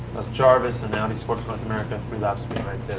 that's jarvis and audi sport north america, three laps behind